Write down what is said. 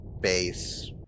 base